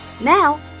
Now